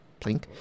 plink